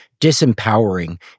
disempowering